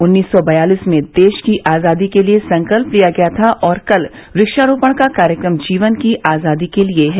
उन्नीस सौ बयालिस में देश की आजादी के लिये संकल्प लिया गया था और कल कृष्कारोपण का कार्यक्रम जीवन की आजादी के लिये हैं